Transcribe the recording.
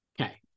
Okay